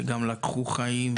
שגם לקחו חיים,